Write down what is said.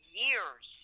years